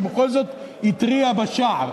שבכל זאת התריע בשער,